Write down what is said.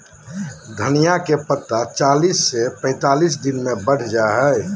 धनिया के पत्ता चालीस से पैंतालीस दिन मे बढ़ जा हय